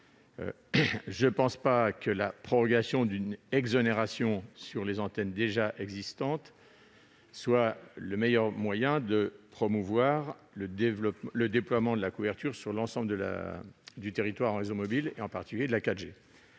Je ne pense pas que la prorogation d'une exonération sur les antennes déjà existantes soit le meilleur moyen de promouvoir le déploiement de la couverture sur l'ensemble du territoire en réseau mobile, en particulier de la 4G.